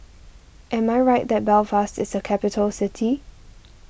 am I right that Belfast is a capital city